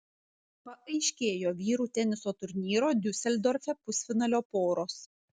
paaiškėjo vyrų teniso turnyro diuseldorfe pusfinalio poros